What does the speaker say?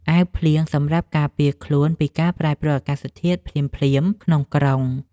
អាវភ្លៀង សម្រាប់ការពារខ្លួនពីការប្រែប្រួលអាកាសធាតុភ្លាមៗក្នុងក្រុង។